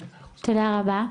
תודה רבה.